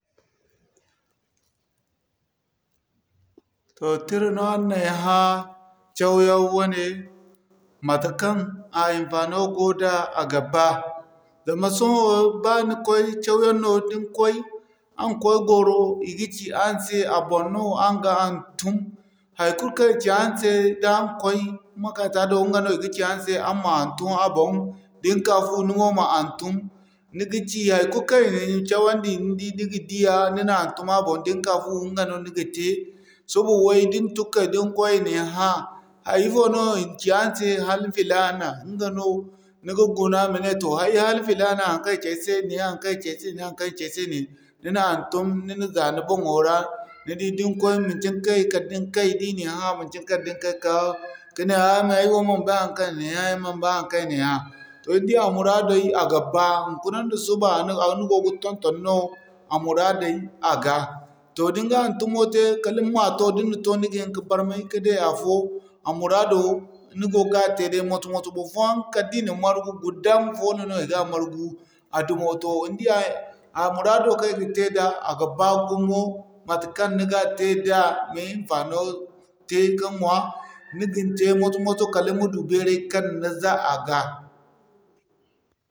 Toh tira no aran n'ay hã hawyaŋ wane matekaŋ a hinfaano go da a ga ba. Sohõ ba ni koy cawyaŋ no din koy aran koy gwaro i ga ci araŋ se a boŋ no araŋ ga hantum. Haikulu kaŋ i ci araŋ se da araŋ koy makaranta do inga no i ga ci araŋ se araŋ ma hantum a boŋ da ni ka fu ni mo ma hantum ka ci haikulu kaŋ i nin cawandi ni di ni ga diya ni ma hantum a boŋ din ka fu inga no ni ga tey. Suba way din tun kay din koy i nin hã; hay, ifo no i ci aran se hana filana? Iŋga no ni ga guna mane toh ay hana filana haŋkaŋ i ci ay se ne, haŋkaŋ i ci ay se ne, haŋkaŋ i ci ay se ne. Ni na hantum, ni na za ni boŋo ra, ni di din koy manci ni kay di nin hã manci kala da ni kay kane hã mey ay wo man bay haŋkaŋ i n'ay hã. Toh ni di a muraadey a ga ba, hunkuna nda suba ni go ga ton-ton no a muraadey a ga. Toh din ga hantumo tey kala ni ma toh da ni na to ni ga hini ka barmay ka day afo, muraado ni go ga tey day moso-moso. Barfoyaŋ kala da i na margu folo no i gan margu a dumo ni diya a muraado kaŋ i ga tey da a ga baa gumo. Matekaŋ ni ga tey da ni hinfaano tey ka ŋwa, ni ga tey moso-moso kala ni ma du beeray kaŋ ni za a ga.